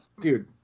Dude